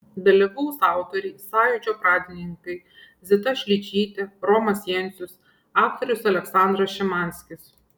dalyvaus autoriai sąjūdžio pradininkai zita šličytė romas jencius aktorius aleksandras šimanskis